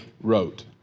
wrote